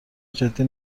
جدی